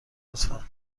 لطفا